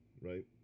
right